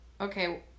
okay